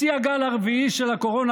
בשיא הגל הרביעי של הקורונה,